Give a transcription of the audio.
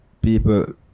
people